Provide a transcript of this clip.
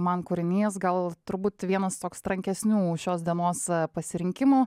man kūrinys gal turbūt vienas toks trankesnių šios dienos pasirinkimų